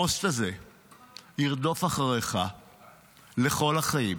הפוסט הזה ירדוף אחריך לכל החיים.